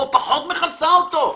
או פחות מכסה אותו.